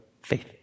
faith